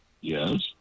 Yes